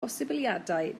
posibiliadau